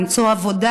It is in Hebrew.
למצוא עבודה.